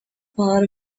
part